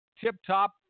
tip-top